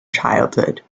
childhood